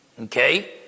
Okay